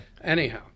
Anyhow